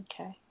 Okay